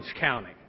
County